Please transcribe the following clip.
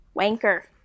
Wanker